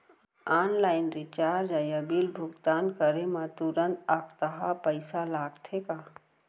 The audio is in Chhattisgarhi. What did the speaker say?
ऑनलाइन रिचार्ज या बिल भुगतान करे मा तुरंत अक्तहा पइसा लागथे का?